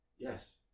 Yes